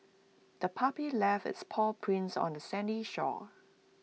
the puppy left its paw prints on the sandy shore